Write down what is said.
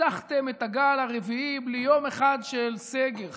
ניצחתם את הגל הרביעי בלי יום אחד של סגר.